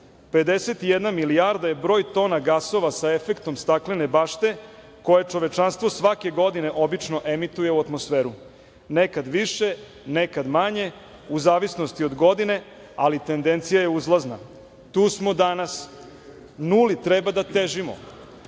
51 milijarda je broj tona gasova sa efektom staklene bašte koje čovečanstvo svake godine obično emituje u atmosferu, nekad više, nekad manje, u zavisnosti od godine, ali tendencija je uzlazna. Tu smo danas, nuli treba da težimo.